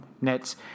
Nets